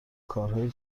کارهای